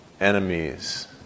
Enemies